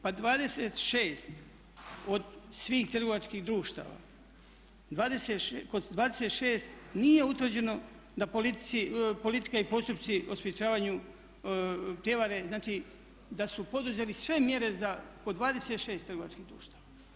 Pa 26 od svih trgovačkih društava, kod 26 nije utvrđeno da politika i postupci o sprječavanju prijevare, znači da su poduzeli sve mjere kod 26 trgovačkih društava.